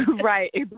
right